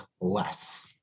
less